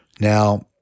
Now